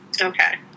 Okay